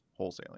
wholesaling